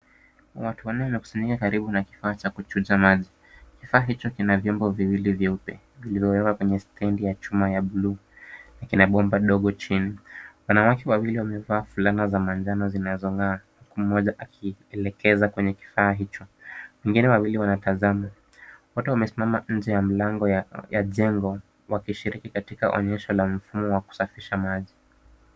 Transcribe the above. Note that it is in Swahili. Watu wanne wamekusanyika karibu na kifaa cha kutunza maji. Kifaa hicho kina vyombo viwili vyeupe vilivyowekwa kwenye stendi ya chuma ya blue na kina bomba dogo chini. Wanawake wawili wamevaa fulana za manjano zinazong'aa huku mmoja akielekeza kwenye kifaa hicho. Wengine wawili wanatazama. Wote wamesimama nje ya mlango ya jengo wakishiriki katika onyesho la mfumo wa kusafisha maji.